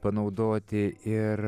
panaudoti ir